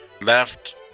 left